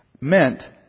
meant